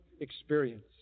experience